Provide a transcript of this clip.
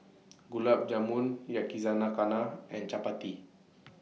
Gulab Jamun and Chapati